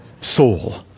soul